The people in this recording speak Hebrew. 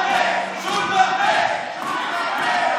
שלמה קרעי,